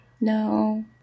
No